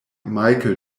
michael